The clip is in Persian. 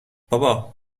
بابا